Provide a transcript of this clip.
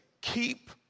keep